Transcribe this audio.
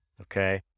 Okay